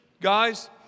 guys